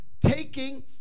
taking